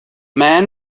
men